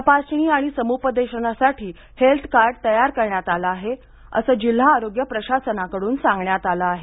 तपासणी आणि समुपदेशनासाठी हेल्थ कार्ड तयार करण्यात आलं आहे असं जिल्हा आरोग्य प्रशासनाकडून सांगण्यात आलं आहे